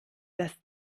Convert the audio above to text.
das